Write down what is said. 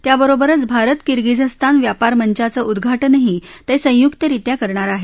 त्याबरोबरच भारत किर्गिझस्तान व्यापार मंचाचं उद्वाटनही ते संयुक्तरीत्या करणार आहेत